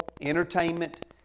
entertainment